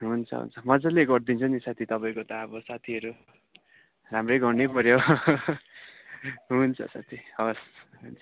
हुन्छ हुन्छ मजाले गरिदन्छु नि साथी तपाईँको त अब साथीहरू राम्रै गर्नु पऱ्यो हुन्छ साथी हवस् हुन्छ